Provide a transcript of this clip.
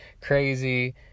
crazy